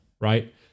Right